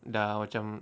dah macam